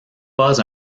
pas